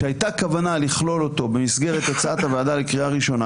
שהייתה כוונה לכלול אותו במסגרת הצעת הוועדה לקריאה ראשונה,